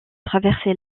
traverser